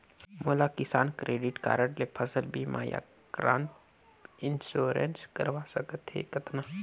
मोला Kisan credit card ले फसल बीमा या क्रॉप इंश्योरेंस करवा सकथ हे कतना?